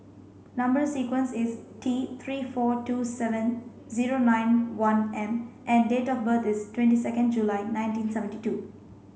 number sequence is T three four two seven zero nine one M and date of birth is twenty second July nineteen seventy two